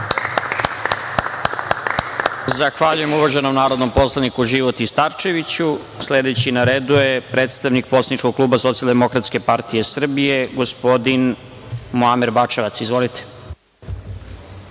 Zahvaljujem, uvaženom narodnom poslaniku Životi Starčeviću. Sledeći na redu je predstavnik poslaničkog kluba Socijaldemokratske partije Srbije, gospodin Muamer Bačevac. Izvolite.